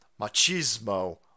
machismo